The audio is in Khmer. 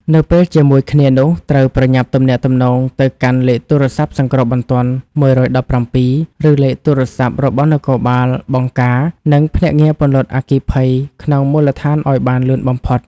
ក្នុងពេលជាមួយគ្នានោះ ត្រូវប្រញាប់ទំនាក់ទំនងទៅកាន់លេខទូរស័ព្ទសង្គ្រោះបន្ទាន់ ១១៧ ឬលេខទូរស័ព្ទរបស់នគរបាលបង្ការ និងភ្នាក់ងារពន្លត់អគ្គីភ័យក្នុងមូលដ្ឋានឱ្យបានលឿនបំផុត។